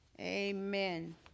amen